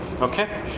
okay